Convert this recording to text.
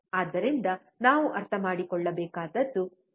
ಆದ್ದರಿಂದ ನಾವು ಅರ್ಥಮಾಡಿಕೊಳ್ಳಬೇಕಾದದ್ದು ಹೀಗೆ